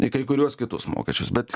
į kai kuriuos kitus mokesčius bet